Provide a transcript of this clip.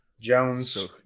Jones